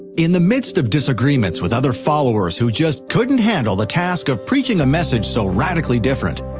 in the midst of disagreements with other followers who just couldn't handle the task of preaching a message so radically different,